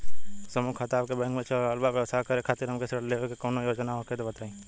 समूह खाता आपके बैंक मे चल रहल बा ब्यवसाय करे खातिर हमे ऋण लेवे के कौनो योजना होखे त बताई?